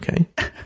okay